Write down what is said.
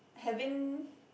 haven't